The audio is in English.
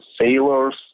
sailors